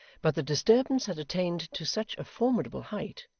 but the disturbance had attained to such a formidable height,